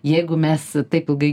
jeigu mes taip ilgai